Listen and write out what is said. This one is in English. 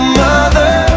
mother